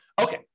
Okay